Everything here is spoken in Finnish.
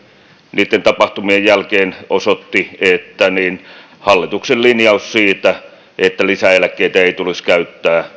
niitten tapahtumien jälkeen osoitti että hallituksen linjaus siitä että lisäeläkkeitä ei tulisi käyttää